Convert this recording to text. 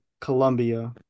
Colombia